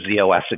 ZOS